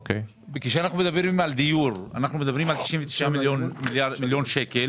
כשמדברים על דיור, מדברים על 99 מיליון שקל